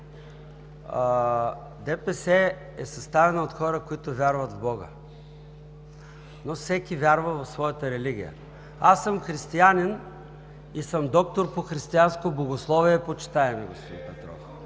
ДПС е съставена от хора, които вярват в Бог, но всеки вярва в своята религия. Аз съм християнин и съм доктор по християнско богословие, почитаеми господин Петров.